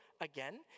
again